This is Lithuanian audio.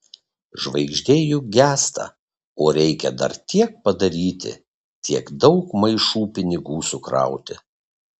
žvaigždė juk gęsta o reikia dar tiek padaryti tiek daug maišų pinigų sukrauti